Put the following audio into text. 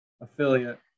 affiliate